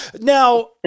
Now